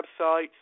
website